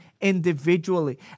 individually